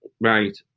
right